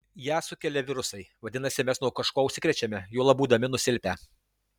ją sukelia virusai vadinasi mes nuo kažko užsikrečiame juolab būdami nusilpę